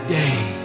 day